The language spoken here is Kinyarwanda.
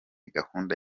gahunda